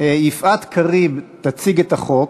יפעת קריב תציג את החוק.